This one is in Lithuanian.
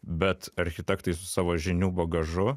bet architektai su savo žinių bagažu